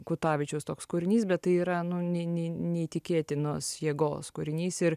kutavičiaus toks kūrinys bet tai yra nu ne ne neįtikėtinos jėgos kūrinys ir